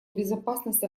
безопасность